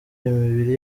imibiri